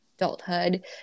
adulthood